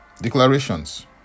Declarations